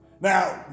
Now